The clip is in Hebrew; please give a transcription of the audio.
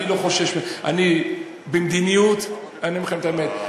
אני אומר לכם את האמת,